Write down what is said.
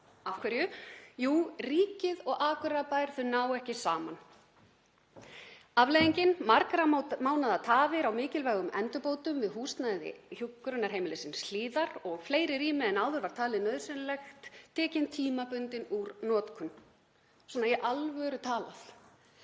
Af hverju? Jú, ríkið og Akureyrarbær ná ekki saman. Afleiðingin: Margra mánaða tafir á mikilvægum endurbótum við húsnæði hjúkrunarheimilisins Hlíðar og fleiri rými en áður var talið nauðsynlegt tekin tímabundið úr notkun. Svona í alvöru talað!